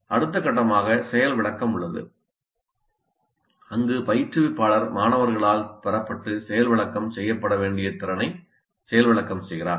அடுத்த கட்டமாக செயல் விளக்கம் உள்ளது அங்கு பயிற்றுவிப்பாளர் மாணவர்களால் பெறப்பட்டு செயல் விளக்கம் செய்யப்பட வேண்டிய திறனை செயல் விளக்கம் செய்கிறார்